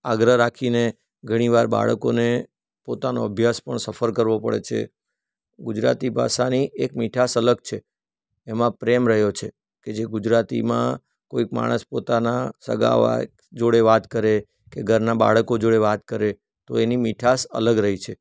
આગ્રહ રાખીને ઘણી વાર બાળકોને પોતાનો અભ્યાસ પણ સફર કરવો પડે છે ગુજરાતી ભાષાની એક મીઠાશ અલગ છે એમાં પ્રેમ રહ્યો છે કે જે ગુજરાતીમાં કોઈક માણસ પોતાના સગા જોડે વાત કરે કે ઘરનાં બાળકો જોડે વાત કરે તો એની મીઠાશ અલગ રહી છે